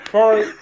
Sorry